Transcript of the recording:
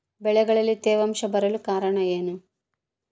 ಬೆಳೆಗಳಲ್ಲಿ ತೇವಾಂಶ ಬರಲು ಕಾರಣ ಏನು?